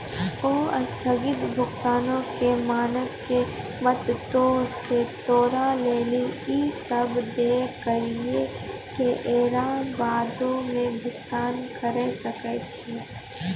अस्थगित भुगतानो के मानक के मदतो से तोरा लेली इ सेबा दै करि के एकरा बादो मे भुगतान करि सकै छै